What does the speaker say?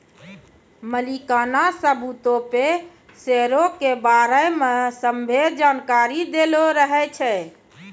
मलिकाना सबूतो पे शेयरो के बारै मे सभ्भे जानकारी दैलो रहै छै